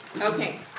Okay